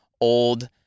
old